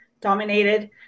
dominated